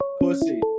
Pussy